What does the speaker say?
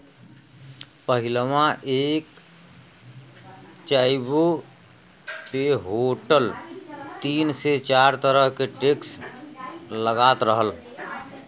पहिलवा एक चाय्वो पे होटल तीन से चार तरह के टैक्स लगात रहल